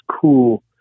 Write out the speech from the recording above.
cool